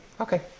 Okay